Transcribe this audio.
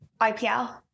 IPL